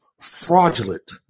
fraudulent